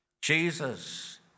Jesus